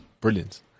brilliant